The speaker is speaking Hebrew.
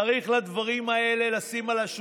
צריך לשים את הדברים האלה על השולחן: